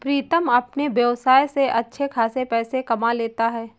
प्रीतम अपने व्यवसाय से अच्छे खासे पैसे कमा लेता है